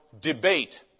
debate